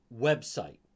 website